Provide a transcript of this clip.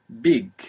big